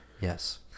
Yes